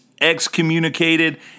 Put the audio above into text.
excommunicated